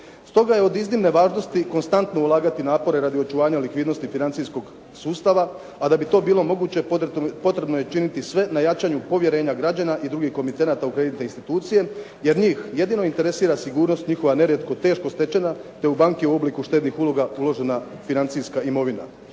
Stoga je od iznimne važnosti konstantno ulagati napore radi očuvanja likvidnosti financijskog sustava a da bi to bilo moguće potrebno je učiniti sve na jačanju povjerenja građana i drugih komitenata u kreditne institucije jer njih jedino interesira sigurnost njihova nerijetko teško stečena te u banke u obliku štednih uloga uložena financijska imovina.